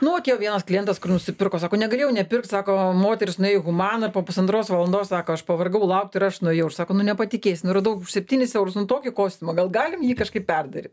nu atėjo vienas klientas kur nusipirko sako negalėjau nepirkt sako moteris nuėjo į humaną ir po pusantros valandos sako aš pavargau laukt ir aš nuėjau ir sako nu nepatikėsi nu radau už septynis eurus nu tokį kostiumą gal galim jį kažkaip perdaryt